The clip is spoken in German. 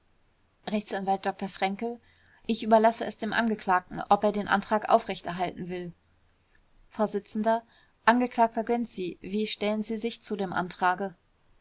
a dr fränkel ich überlasse es dem angeklagten ob er den antrag aufrechterhalten will vors angeklagter gönczi wie stellen sie sich zu dem antrage